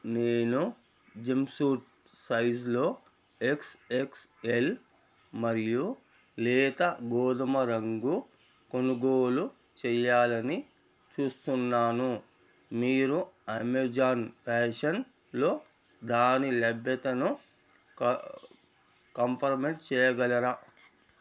నేను జంప్సూట్ సైజ్లో ఎక్స్ఎక్స్ఎల్ మరియు లేత గోధుమరంగు కొనుగోలు చేయాలని చూస్తున్నాను మీరు అమెజాన్ ఫ్యాషన్లో దాని లభ్యతను కంఫర్మ్ చేయగలరా